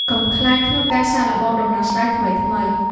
កុំខ្លាចក្នុងការសាកល្បងដំណោះស្រាយថ្មីៗ។